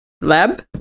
lab